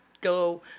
go